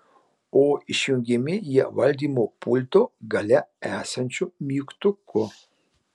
o išjungiami jie valdymo pulto gale esančiu mygtuku